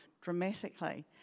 dramatically